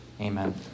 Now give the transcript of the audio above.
Amen